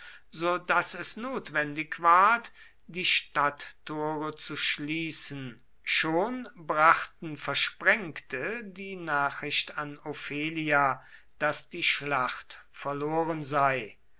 so daß es notwendig ward die stadttore zu schließen schon brachten versprengte die nachricht an ofelia daß die schlacht verloren sei